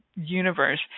universe